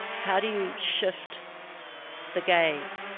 how to you shift the gaze?